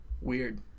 Weird